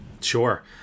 Sure